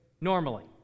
Normally